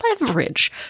leverage